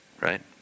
right